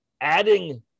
adding